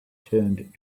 turned